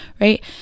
right